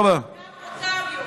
גם אותם היא הורגת,